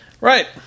Right